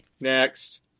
Next